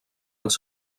els